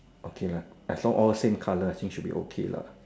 okay lah as long all same colour I think should be okay lah